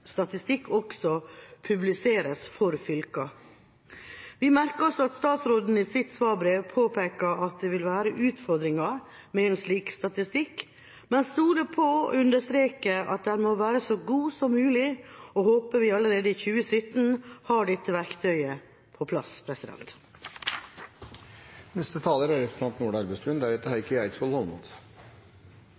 også publiseres for fylkene. Vi merker oss at statsråden i sitt svarbrev påpeker at det vil være utfordringer med en slik statistikk, men stoler på og understreker at den må være så god som mulig, og håper at vi allerede i 2017 har dette verktøyet på plass. Jeg skal også være kort. Først vil jeg si at jeg er